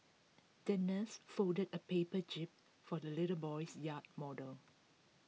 the nurse folded A paper jib for the little boy's yacht model